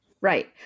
Right